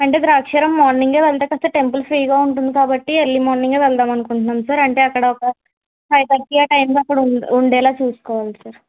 అంటే ద్రాక్షారం మార్నింగే వెళ్ళకపోతే టెంపుల్ ఫ్రీ గా ఉండదు కాబట్టి ఎర్లీ మార్నింగ్ ఏ వెళ్దాం అనుకుంటున్నాం సార్ అంటే అక్కడ ఫైవ్ థర్టీ ఆ టైమ్ కి అక్కడ ఉండేలా చూసుకోవాలి సార్